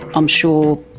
i'm sure